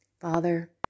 Father